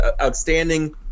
outstanding